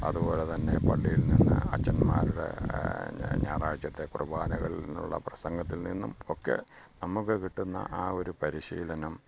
അതുപോലെ തന്നെ പള്ളിയിൽ നിന്ന് അച്ചന്മാരുടെ ഞായറാഴ്ചത്തെ കുർബാനകളിൽ നിന്നുള്ള പ്രസംഗത്തിൽ നിന്നും ഒക്കെ നമ്മള്ക്ക് കിട്ടുന്ന ആ ഒരു പരിശീലനം